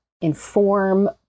inform